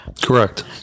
Correct